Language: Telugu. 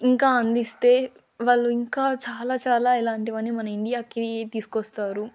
ఇంకా అందిస్తే వాళ్ళు ఇంకా చాలా చాలా ఇలాంటివన్నీ మన ఇండియాకి తీసుకొస్తారు